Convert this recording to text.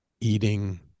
eating